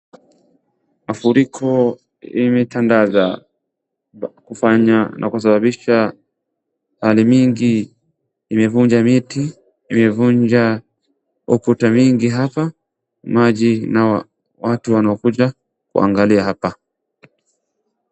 Mafuriko imetandaza, kufanya na kusababisha na ni mingi imevunja miti, imevunja ukuta mingi hapa, maji na watu wanakuja kuangalia hapa.